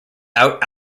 out